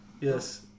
Yes